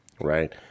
right